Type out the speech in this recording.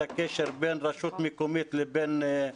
הקשר בין רשות מקומית לבין משרד החינוך.